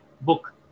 book